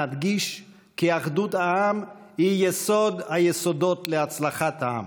נדגיש כי אחדות העם היא יסוד היסודות להצלחת העם.